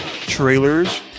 trailers